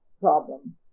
problem